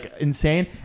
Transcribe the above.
insane